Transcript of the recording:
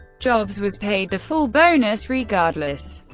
jobs was paid the full bonus regardless.